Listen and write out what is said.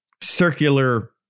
circular